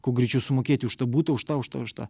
kuo greičiau sumokėti už tą būtą už tą už tą už tą